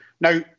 Now